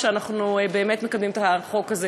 אנחנו באמת מקדמים את החוק הזה.